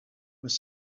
was